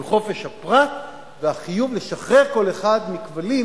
עם חופש הפרט והחיוב לשחרר כל אחד מכבלים